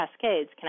cascades